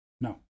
No